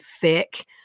thick